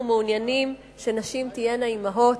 אנחנו מעוניינים שנשים תהיינה אמהות,